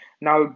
Now